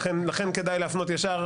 לכן כדאי להפנות ישר.